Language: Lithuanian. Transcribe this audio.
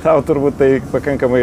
tau turbūt tai pakankamai